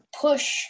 push